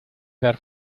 dar